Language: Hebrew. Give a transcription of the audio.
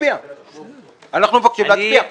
אנחנו מבקשים להצביע.